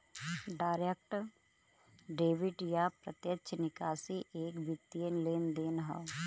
direct debit या प्रत्यक्ष निकासी एक वित्तीय लेनदेन हौ